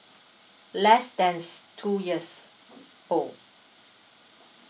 less than two years old